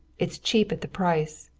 it's cheap at the price.